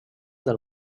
del